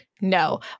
no